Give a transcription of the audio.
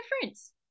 difference